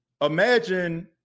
imagine